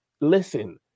Listen